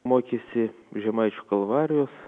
mokėsi žemaičių kalvarijos